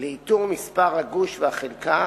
לאיתור מספר הגוש והחלקה,